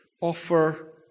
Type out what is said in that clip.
offer